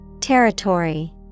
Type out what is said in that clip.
Territory